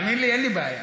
תאמין לי, אין לי בעיה.